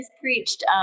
preached